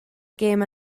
gêm